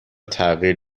تغییر